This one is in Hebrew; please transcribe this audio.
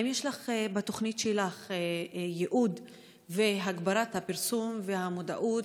האם יש בתוכנית שלך ייעוד להגברת הפרסום והמודעות,